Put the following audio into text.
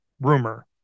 rumor